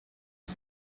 her